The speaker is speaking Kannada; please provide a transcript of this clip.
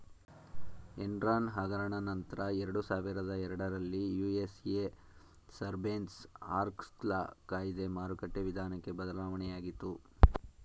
ಎನ್ರಾನ್ ಹಗರಣ ನಂತ್ರ ಎರಡುಸಾವಿರದ ಎರಡರಲ್ಲಿ ಯು.ಎಸ್.ಎ ಸರ್ಬೇನ್ಸ್ ಆಕ್ಸ್ಲ ಕಾಯ್ದೆ ಮಾರುಕಟ್ಟೆ ವಿಧಾನಕ್ಕೆ ಬದಲಾವಣೆಯಾಗಿತು